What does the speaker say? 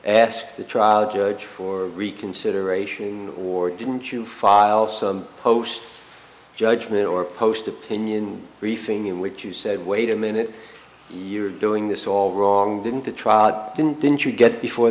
ask the trial judge for reconsideration or didn't you file some post judgment or post opinion briefing in which you said wait a minute you're doing this all wrong didn't the trial didn't didn't you get before